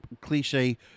cliche